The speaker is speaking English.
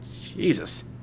Jesus